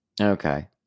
Okay